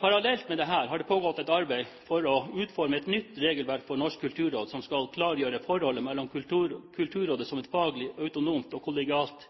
Parallelt med dette har det pågått et arbeid for å utforme et nytt regelverk for Norsk kulturråd som skal klargjøre forholdet mellom Kulturrådet som et faglig autonomt og kollegialt